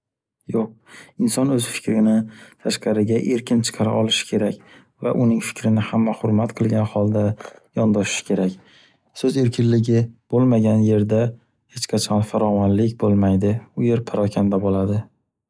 Yo’q, inson o’z fikrini tashqariga erkin chiqara olishi kerak va uning fikrini hamma hurmat qilgan holda yondoshishi kerak. So’z erkinligi bo’lmagan yerda hech qachon farovonlik bo’lmaydi. U yer parokanda bo’ladi.